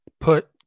put –